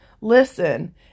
Listen